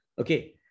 Okay